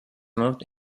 moved